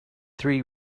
three